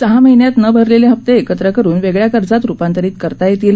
सहा महिन्यात न भरलेले हप्ते एकत्र करुन वेगळ्या कर्जात रुपांतरित करता येतील